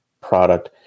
product